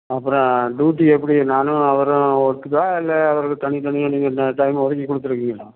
அப்புறம் டூட்டி எப்படி நானும் அவரும் ஒர்க்குடாக இல்லை அவருக்கு தனி தனி டைம் ஒதுக்கி கொடுத்துருக்கிங்களா